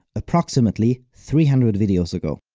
approximately three hundred videos ago.